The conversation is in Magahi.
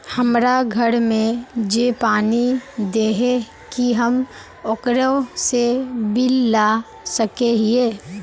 हमरा घर में जे पानी दे है की हम ओकरो से बिल ला सके हिये?